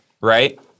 right